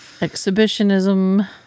Exhibitionism